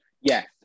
Yes